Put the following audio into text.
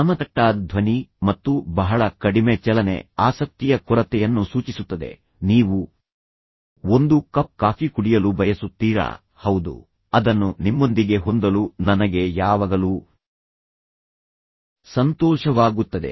ಸಮತಟ್ಟಾದ ಧ್ವನಿ ಮತ್ತು ಬಹಳ ಕಡಿಮೆ ಚಲನೆ ಆಸಕ್ತಿಯ ಕೊರತೆಯನ್ನು ಸೂಚಿಸುತ್ತದೆ ನೀವು ಒಂದು ಕಪ್ ಕಾಫಿ ಕುಡಿಯಲು ಬಯಸುತ್ತೀರಾ ಹೌದು ಅದನ್ನು ನಿಮ್ಮೊಂದಿಗೆ ಹೊಂದಲು ನನಗೆ ಯಾವಾಗಲೂ ಸಂತೋಷವಾಗುತ್ತದೆ